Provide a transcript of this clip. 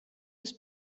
des